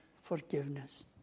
forgiveness